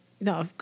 no